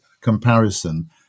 comparison